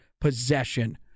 possession